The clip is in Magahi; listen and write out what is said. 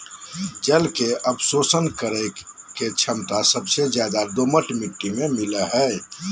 जल के अवशोषण करे के छमता सबसे ज्यादे दोमट मिट्टी में मिलय हई